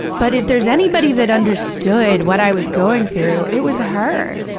but if there's anybody that understood what i was going through, it was her.